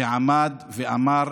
שעמד ואמר: